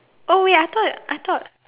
oh wait I thought I thought